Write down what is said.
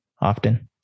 often